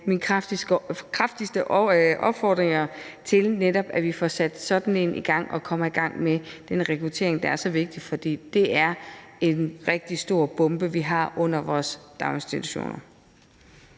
de kraftigste opfordringer til, at vi netop får sat sådan en i gang og kommer i gang med den rekruttering, der er så vigtig, for det er en rigtig stor bombe under vores daginstitutioner.